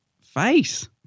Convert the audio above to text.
face